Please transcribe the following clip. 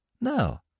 No